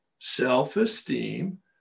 self-esteem